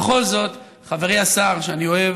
בכל זאת, חברי השר, שאני אוהב,